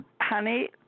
honey